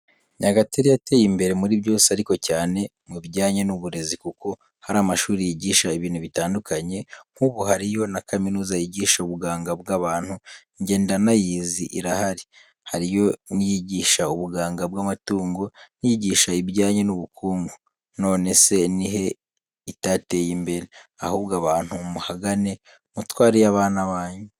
Nyagatare yateye imbere muri byose ariko cyane mu bijyanye n'uburezi, kuko hari amashuri yigisha ibintu bitandukanye nk'ubu hariyo na kaminuza yigisha ubuganga bw'abantu, njye ndanayizi irahari. Hariyo n'iyigisha ubuganga bw'amatungo n'iyigisha ibijyanye n'ubukungu. Nonese ni he itateye imbere? Ahubwo abantu muhagane mutwareyo abana banyu.